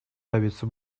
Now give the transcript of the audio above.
добиться